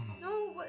no